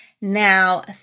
Now